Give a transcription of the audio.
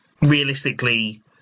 Realistically